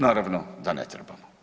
Naravno da ne trebamo.